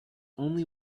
only